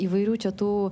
įvairių čia tų